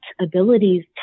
abilities